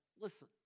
listen